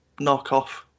knockoff